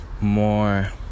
more